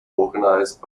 organised